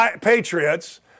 Patriots